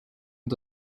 und